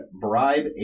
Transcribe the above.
bribe